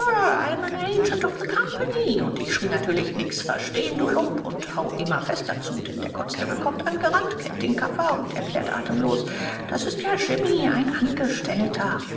of the company ich schreie natürlich nix verstehn du lump und haue immer fester zu denn der konstabler kommt angerannt kennt den kaffer und erklärt atemlos das ist ja jimmy ein angestellter